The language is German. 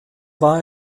war